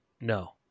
No